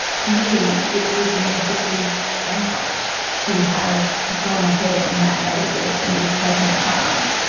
to me it would have been ethically bankrupt to have gone ahead on that basis and just taken a chance.